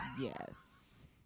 Yes